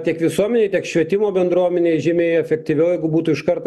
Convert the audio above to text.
tiek visuomenei tiek švietimo bendruomenei žymiai efektyviau jeigu būtų iš karto